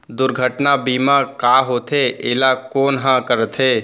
दुर्घटना बीमा का होथे, एला कोन ह करथे?